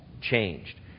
changed